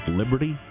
liberty